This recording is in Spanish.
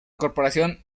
corporación